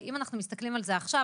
אם אנחנו מסתכלים על זה עכשיו,